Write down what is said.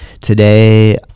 Today